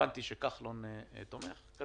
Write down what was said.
הבנתי שכחלון תומך בזה.